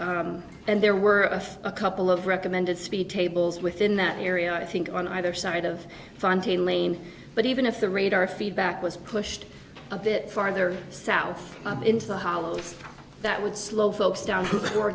s and there were a couple of recommended speed tables within that area i think on either side of fontayne lane but even if the radar feedback was pushed a bit farther south into the hollow that would slow folks down or